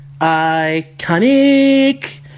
iconic